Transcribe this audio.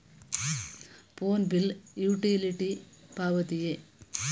Phone bill utility ಪಾವತಿಯೇ?